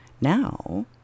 Now